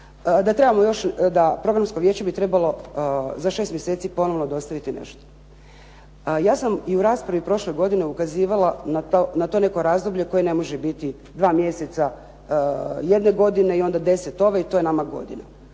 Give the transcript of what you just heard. da trebamo još, da Programsko vijeće bi trebalo za šest mjeseci ponovno dostaviti nešto. Ja sam i u raspravi prošle godine ukazivala na to neko razdoblje koje ne može biti dva mjeseca jedne godine i onda deset ove i to je nama godina.